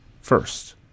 first